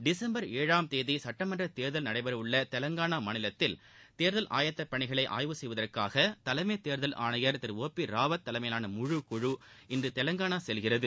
டிசும்பர் ஏழாம் தேதி சுட்டமன்ற தேர்தல் நடைபெற உள்ள தெலங்கானா மாநிலத்தில் தேர்தல் ஆயத்தப் பணிகளை ஆய்வு செய்வதற்காக தலைமை தேர்தல் ஆணையர் திரு சுஓ பி ராவத் தலைமையிலான முழு குழு இன்று தெலங்கானா செல்கிறது